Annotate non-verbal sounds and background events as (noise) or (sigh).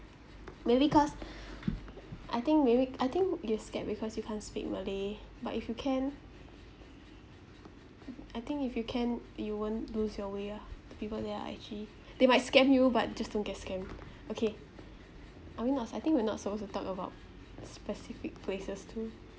maybe cause (breath) I think maybe I think you scared because you can't speak malay but if you can I think if you can you won't lose your way ah the people there are actually they might scam you but just don't get scammed okay are we not I think we're not supposed to talk about specific places to